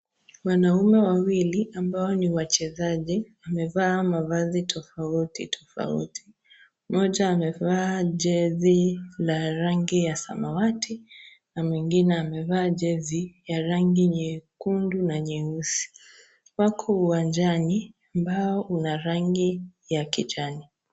Wanaume wawili ambao ni wachezaji, wamevaa mavazi tofauti tofauti. Mmoja amevaa jesi la rangi ya samawati na mwingine amevaa jesi ya rangi nyekundu na nyeusi. Wako uwanjani ambao Una rangi ya kijani.